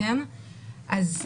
אז,